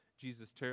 Jesus